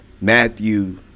Matthew